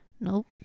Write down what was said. Nope